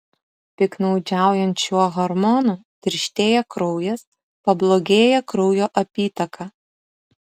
piktnaudžiaujant šiuo hormonu tirštėja kraujas pablogėja kraujo apytaka